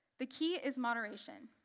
the key is moderation.